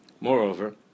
Moreover